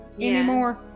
anymore